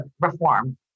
reform